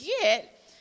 get